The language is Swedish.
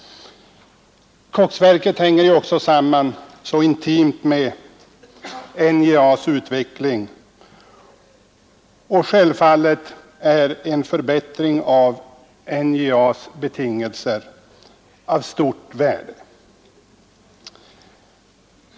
Koksverket hänger också samman intimt med NJA:s utveckling, och självfallet är en förbättring av NJA:s betingelser av stort värde.